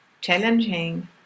challenging